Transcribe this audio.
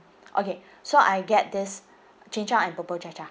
okay so I get this chin chow and bubur cha cha